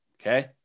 okay